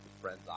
friends